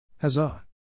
Huzzah